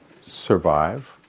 survive